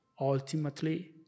Ultimately